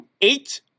eight